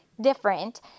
different